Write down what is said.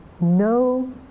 no